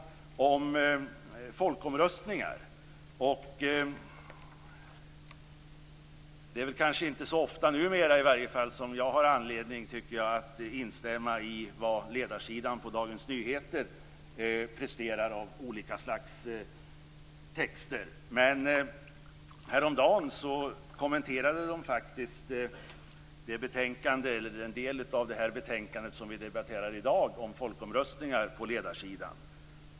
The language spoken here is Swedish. Jag skall också säga några ord om folkomröstningar. Det är kanske inte så ofta numera som jag har anledning att instämma i de texter som ledarsidan i Dagens Nyheter presterar. Men häromdagen kommenterade de faktiskt den del av det här betänkandet som vi debatterar i dag om folkomröstningar på ledarsidan.